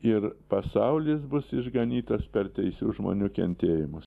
ir pasaulis bus išganytas per teisių žmonių kentėjimus